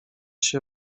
się